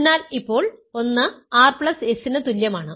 അതിനാൽ ഇപ്പോൾ 1 rs ന് തുല്യമാണ്